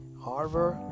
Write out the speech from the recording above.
Harvard